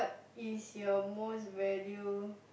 is your most value